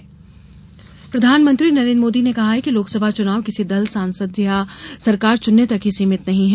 मोदी सभा प्रधानमंत्री नरेद्र मोदी ने कहा है कि लोकसभा चुनाव किसी दल सांसद या सरकार चुनने तक ही सीमित नहीं है